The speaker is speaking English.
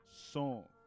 song